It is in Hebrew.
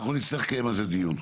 אנחנו נצטרך לקיים על זה דיון.